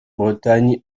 bretagne